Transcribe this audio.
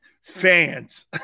Fans